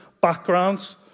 backgrounds